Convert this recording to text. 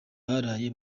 baraye